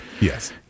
Yes